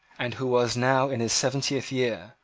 and who was now in his seventieth year,